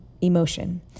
emotion